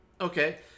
Okay